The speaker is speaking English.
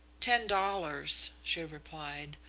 ten dollars, she replied.